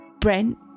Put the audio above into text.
Brent